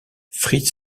fritz